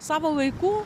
savo laiku